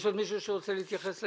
יש עוד מישהו שרוצה להתייחס?